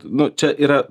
nu čia yra